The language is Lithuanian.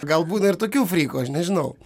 gal būna ir tokių frykų aš nežinau